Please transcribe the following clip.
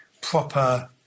proper